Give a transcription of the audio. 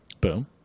Boom